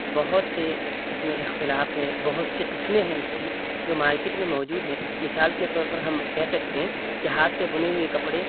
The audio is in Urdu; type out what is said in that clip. بہت سے اس میں اختلاف ہے بہت سی قسمیں ہیں اس کی جو مارکیٹ میں موجود ہیں مثال کے طور پر ہم کہہ سکتے ہیں کہ ہاتھ سے بنے ہوئے کپڑے